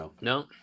no